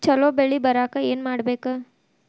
ಛಲೋ ಬೆಳಿ ಬರಾಕ ಏನ್ ಮಾಡ್ಬೇಕ್?